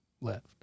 left